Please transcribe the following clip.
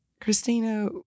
Christina